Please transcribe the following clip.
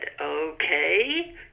okay